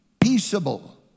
Peaceable